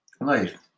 life